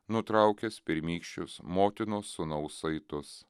nutraukęs pirmykščius motinos sūnaus saitus